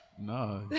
No